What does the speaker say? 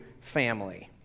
family